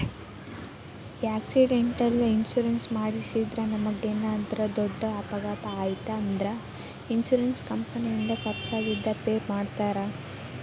accidental insurance ಮಾಡಿಸಿದ್ರ ನಮಗೇನರ ದೊಡ್ಡ ಅಪಘಾತ ಆಯ್ತ್ ಅಂದ್ರ ಇನ್ಶೂರೆನ್ಸ್ ಕಂಪನಿಯಿಂದ ಖರ್ಚಾಗಿದ್ ಪೆ ಮಾಡ್ತಾರಾ